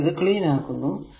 ഞാൻ ഇത് ക്ലീൻ ആക്കുന്നു